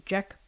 Jack